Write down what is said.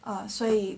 orh 所以